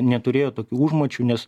neturėjo tokių užmačių nes